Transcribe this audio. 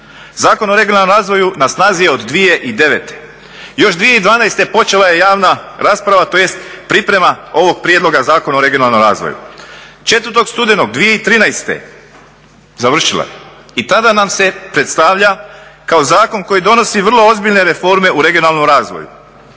Zakon o regionalnom razvoju na snazi je od 2009., još 2012. počela je javna rasprava, tj. priprema ovog prijedloga Zakon o regionalnom razvoju. 4. studenog 2013. završila je i tada nam se predstavlja kao zakon koji donosi vrlo ozbiljne reforme u regionalnom razvoju.